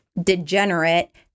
degenerate